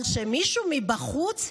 אבל כשמישהו מבחוץ,